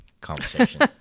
conversation